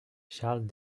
charles